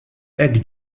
hekk